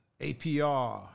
APR